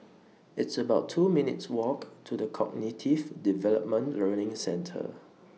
It's about two minutes' Walk to The Cognitive Development Learning Centre